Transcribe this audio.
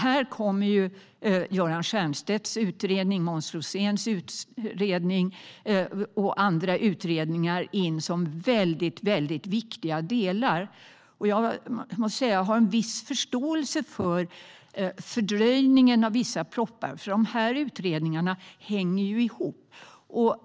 Här kommer Göran Stiernstedts, Måns Roséns och andra utredningar in som mycket viktiga delar. Jag har en viss förståelse för fördröjningen av vissa propositioner, för de här utredningarna hänger ihop.